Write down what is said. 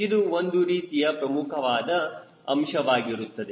ಇದು ಒಂದು ರೀತಿಯ ಪ್ರಮುಖವಾದ ಅಂಶವಾಗಿರುತ್ತದೆ